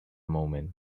moment